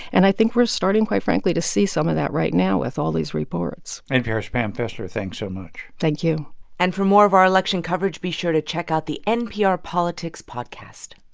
and i think we're starting, quite frankly, to see some of that right now with all these reports npr's pam fessler, thanks so much thank you and for more of our election coverage, be sure to check out the npr politics podcast